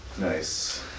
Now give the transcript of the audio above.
Nice